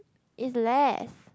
it's less